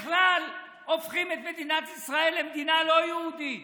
בכלל, הופכים את מדינת ישראל למדינה לא יהודית.